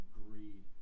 greed